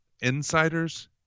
insiders